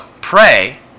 pray